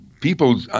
people